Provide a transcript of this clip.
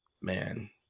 man